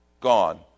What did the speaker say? gone